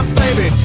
baby